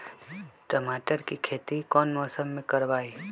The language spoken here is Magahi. टमाटर की खेती कौन मौसम में करवाई?